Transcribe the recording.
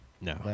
No